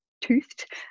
toothed